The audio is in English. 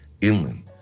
Inland